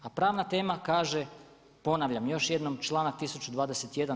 A pravna tema kaže, ponavljam još jednom članak 1021.